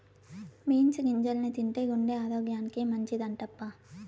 beans గింజల్ని తింటే గుండె ఆరోగ్యానికి మంచిదటబ్బా